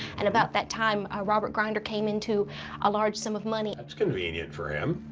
and about that time, ah robert grinder came into a large sum of money. that's convenient for him.